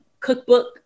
cookbook